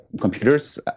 computers